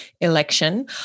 election